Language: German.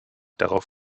darauf